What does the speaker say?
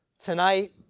tonight